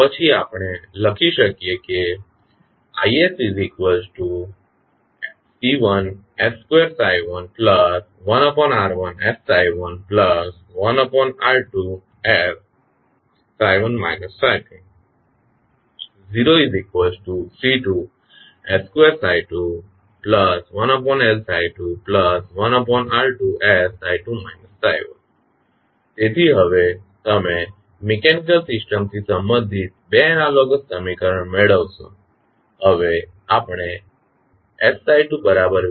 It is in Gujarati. પછી આપણે લખી શકીએ કે તેથી હવે તમે મિકેનીકલ સિસ્ટમથી સંબંધિત બે એનાલોગસ સમીકરણો મેળવશો